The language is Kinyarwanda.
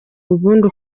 ubundi